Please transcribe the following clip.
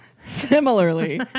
Similarly